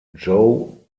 joe